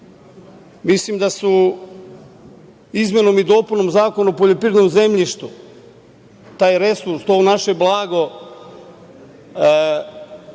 Mislim da su izmenom i dopunom Zakona o poljoprivrednom zemljištu taj resurs, to naše blago,